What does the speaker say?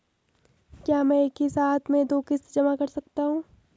क्या मैं एक ही साथ में दो किश्त जमा कर सकता हूँ?